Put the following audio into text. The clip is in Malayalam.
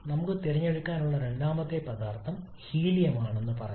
നമുക്ക് തിരഞ്ഞെടുക്കാനുള്ള രണ്ടാമത്തെ പദാർത്ഥം ഹീലിയം ആണെന്ന് പറയാം